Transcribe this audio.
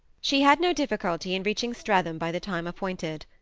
she had no difficulty in reaching streatham by the time appointed.